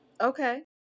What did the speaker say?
Okay